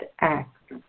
act